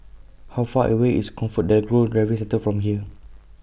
How Far away IS ComfortDelGro Driving Center from here